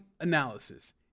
analysis